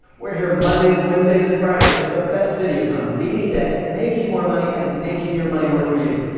we're here mondays, wednesdays and fridays with the best videos on beating debt, making more money and making your money work for you.